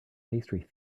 pastry